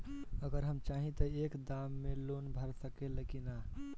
अगर हम चाहि त एक दा मे लोन भरा सकले की ना?